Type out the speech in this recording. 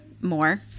more